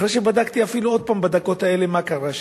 אחרי שבדקתי אפילו עוד פעם בדקות האלה מה קרה שם,